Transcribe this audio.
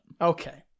Okay